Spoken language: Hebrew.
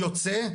יוצא,